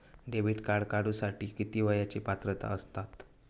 Debit card काढूसाठी किती वयाची पात्रता असतात?